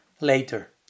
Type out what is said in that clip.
later